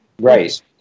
Right